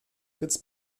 fritz